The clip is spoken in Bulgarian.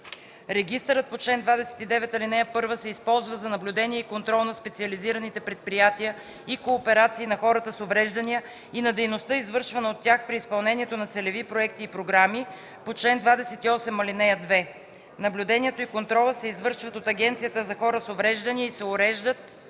Регистърът по чл. 29, ал. 1 се използва за наблюдение и контрол на специализираните предприятия и кооперации на хората с увреждания и на дейността, извършвана от тях при изпълнението на целеви проекти и програми по чл. 28, ал. 2. Наблюдението и контролът се извършват от Агенцията за хората с увреждания и се уреждат